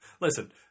listen